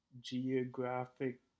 geographic